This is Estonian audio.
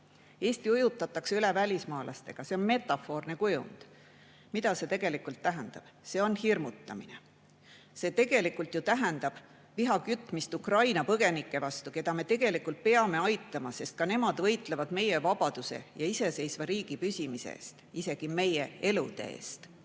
Eesti ujutatakse üle välismaalastega – see on metafoorne kujund. Mida see tegelikult tähendab? See on hirmutamine. See tegelikult tähendab seda, et köetakse viha Ukraina põgenike vastu, keda me tegelikult peame aitama, sest nemad võitlevad ka meie vabaduse ja iseseisva riigi püsimise eest, isegi meie elude eest.